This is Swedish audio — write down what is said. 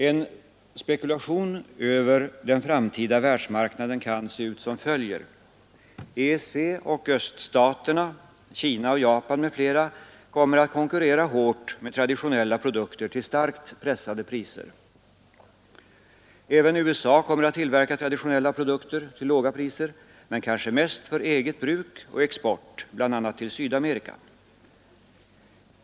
En spekulation över den framtida världsmarknaden kan se ut som följer: EEC och Öststaterna, Kina och Japan m.fl. kommer att konkurrera hårt med traditionella produkter till starkt pressade priser. Även USA kommer att tillverka traditionella produkter till låga priser — men kanske mest för eget bruk och export bland annat till Sydamerika.